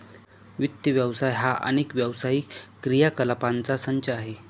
वित्त व्यवसाय हा अनेक व्यावसायिक क्रियाकलापांचा संच आहे